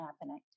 happening